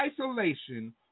isolation